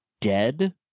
dead